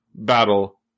Battle